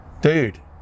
Dude